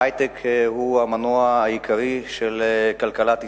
ההיי-טק הוא המנוע העיקרי של כלכלת ישראל,